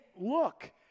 look